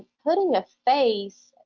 putting a face,